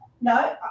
no